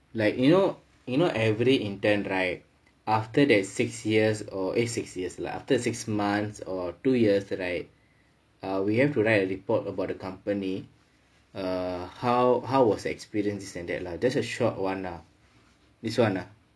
like you know you know every intern right after that six years oh eh six years after six months or two years right we have to write a report about the company err how how was the experience this and that lah just a short [one] lah this [one] ah